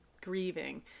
grieving